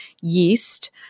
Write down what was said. yeast